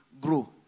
grow